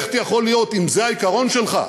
איך יכול להיות אם זה העיקרון שלך,